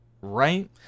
right